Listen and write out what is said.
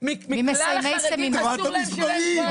-- את רואה את המספרים,